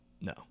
No